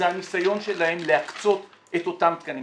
זה הניסיון שלהם להקצות את אותם תקנים,